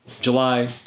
July